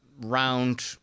round